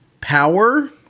power